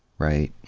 right?